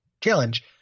challenge